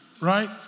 right